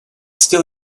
still